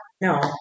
no